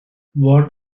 watt